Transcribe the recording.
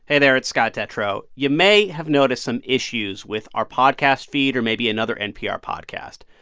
hey there. it's scott detrow. you may have noticed some issues with our podcast feed, or maybe another npr podcast.